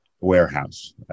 warehouse